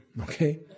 okay